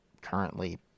currently